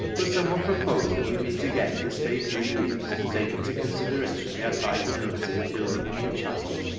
will some one propose that we meet again this day three weeks to take into consideration the advisability of building a new chapel?